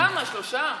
כמה, שלושה?